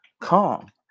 Come